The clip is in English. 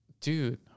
Dude